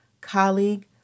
colleague